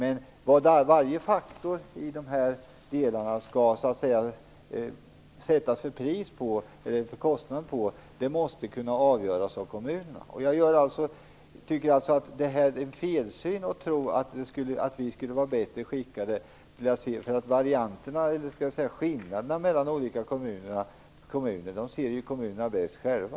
Men vilket pris som skall sättas på varje faktor i de här delarna måste kunna avgöras av kommunerna. Jag tycker att det är fel att tro att vi skulle vara bättre skickade att se skillnaderna mellan olika kommuner. Det gör kommunerna bäst själva.